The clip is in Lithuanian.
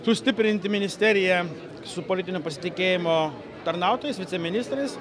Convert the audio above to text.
sustiprinti ministeriją su politinio pasitikėjimo tarnautojais viceministrais